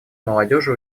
молодежи